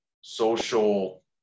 social